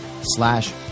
slash